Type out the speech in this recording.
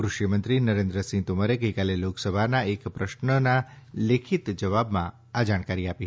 કૃષિ મંત્રી નરેન્દ્રસિંહ તોમરે ગઇકાલે લોકસભાના એક પ્રશ્નના લેખિત જવાબમાં આ જાણકારી આપી